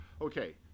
Okay